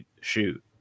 shoot